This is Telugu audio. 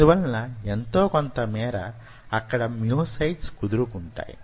అందువలన యెంతో కొంత మేర అక్కడ మ్యోసైట్స్ కుదురుకుంటాయి